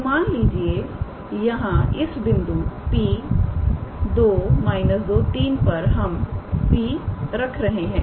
तोमान लीजिए यहां इस बिंदु 𝑃2 −23 पर हम P रख रहे हैं